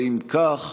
ואם כך,